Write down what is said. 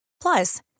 Plus